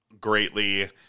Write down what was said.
greatly